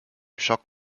schock